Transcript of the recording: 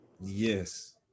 yes